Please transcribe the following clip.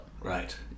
Right